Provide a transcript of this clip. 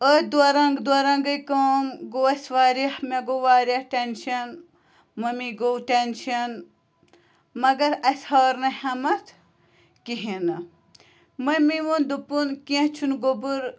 ٲتھۍ دوران دوران گٔے کٲم گوٚو اَسہِ واریاہ مےٚ گوٚو واریاہ ٹینشَن مٔمی گوٚو ٹینشَن مگر اَسہِ ہٲر نہٕ ہٮ۪مَتھ کِہیٖنۍ نہٕ مٔمی ووٚن دوٚپُن کینٛہہ چھُنہٕ گوٚبُر